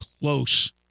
close